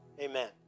amen